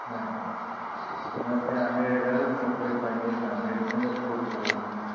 नाही नाही त्यांना ते अमेरिकनच कपडे पाहिजेत अमेरिकेनच फूड पाहिजे